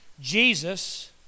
Jesus